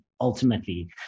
ultimately